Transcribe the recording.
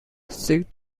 seek